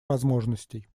возможностей